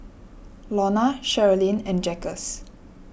Lona Sherilyn and Jaquez